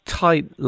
tight